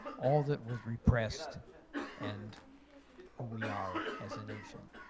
all that was repressed and who we are as a nation?